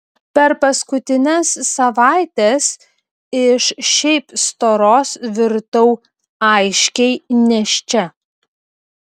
per paskutines savaites iš šiaip storos virtau aiškiai nėščia